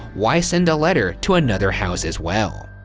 why send a letter to another house as well?